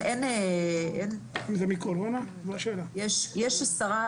יש עשרה,